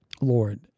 Lord